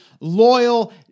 loyal